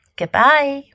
goodbye